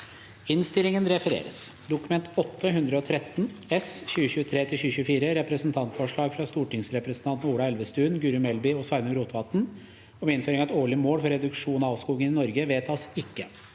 følgende v e d t a k : Dokument 8:113 S (2023–2024) – Representantforslag fra stortingsrepresentantene Ola Elvestuen, Guri Melby og Sveinung Rotevatn om innføring av et årlig mål for reduksjon av avskoging i Norge – vedtas ikke.